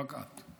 רק את,